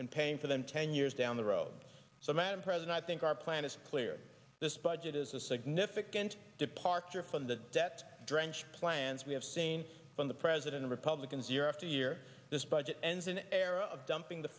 and paying for them ten years down the road so madam president i think our plan is clear this budget is a significant departure from the debt drench plans we have seen from the president republicans year after year this budget ends an era of dumping the